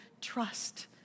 trust